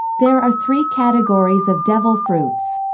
there are three categories of devil fruits